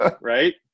Right